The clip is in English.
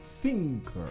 Thinker